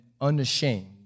unashamed